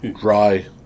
dry